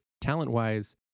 talent-wise